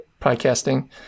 podcasting